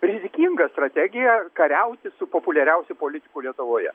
rizikinga strategija kariauti su populiariausiu politiku lietuvoje